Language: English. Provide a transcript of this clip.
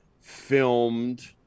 filmed